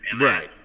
Right